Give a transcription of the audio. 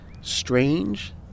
strange